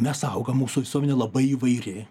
mes augam mūsų visuomenė labai įvairi